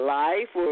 life